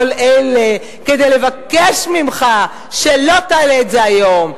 אלה כדי לבקש ממך שלא תעלה את זה היום.